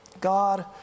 God